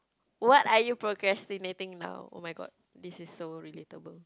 what are you procrastinating now oh-my-god this is so relatable